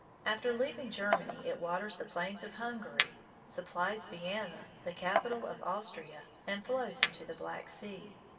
after leaving germany it waters the plains of hungary, supplies vienna, the capital of austria, and flows into the black sea.